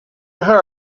her